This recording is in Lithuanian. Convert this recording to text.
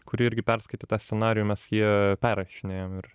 kuri irgi perskaitė tą scenarijų mes jį perrašinėjam ir